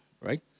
right